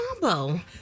combo